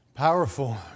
Powerful